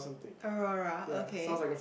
Aurora okay